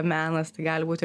menas tai gali būti